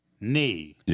knee